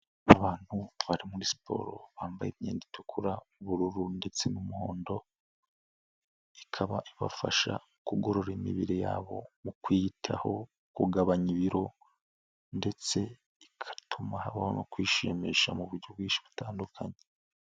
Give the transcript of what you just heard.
Abantu baba muri siporo bambaye imyenda itukura n'ubururu ndetse n'umuhondo, ikaba ibafasha kugorora imibiri yabo mu kuyitaho, kugabanya ibiro ndetse ikanatuma habaho no kwishimisha mu buryo bwinshi butandukanye.